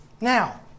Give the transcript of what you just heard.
Now